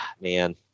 Man